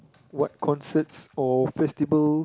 what concerts or festival